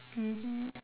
mmhmm